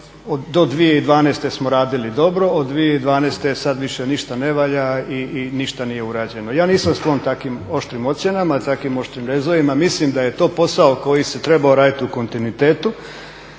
do 2012. smo radili dobro, od 2012. sad više ništa ne valja i ništa nije urađeno. Ja nisam sklon takvim oštrim ocjenama, takvim oštrim rezovima. Mislim da je to posao koji se trebao raditi u kontinuitetu